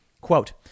Quote